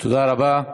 תודה רבה.